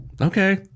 okay